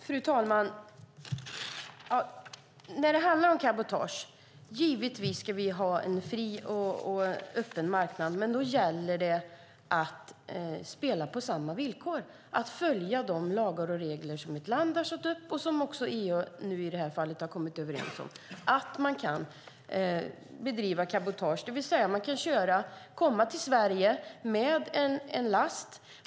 Fru talman! När det handlar om cabotage kan jag säga att vi givetvis ska ha en fri och öppen marknad, men då gäller det att spela på samma villkor, att följa de lagar och regler som ett land har satt upp och som också EU i det här fallet har kommit överens om. Man kan bedriva cabotage, det vill säga att man kan komma till Sverige med en last.